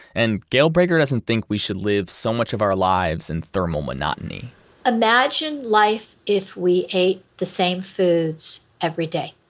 and gail brager doesn't think we should live so much of our lives in thermal monotony imagine life if we ate the same foods every day.